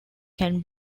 can